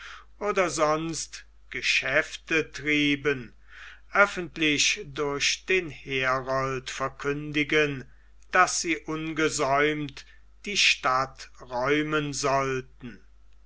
oder sonst geschäfte trieben öffentlich durch den herold verkündigen daß sie ungesäumt die stadt räumen sollten